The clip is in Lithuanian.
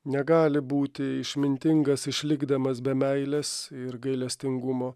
negali būti išmintingas išlikdamas be meilės ir gailestingumo